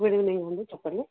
good evening అండి చెప్పండి